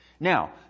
Now